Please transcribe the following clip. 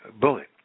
bullet